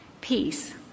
peace